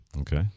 Okay